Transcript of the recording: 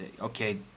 okay